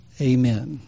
amen